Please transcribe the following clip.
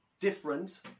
different